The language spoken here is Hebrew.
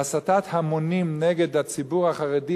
והסתת המונים נגד הציבור החרדי,